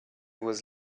was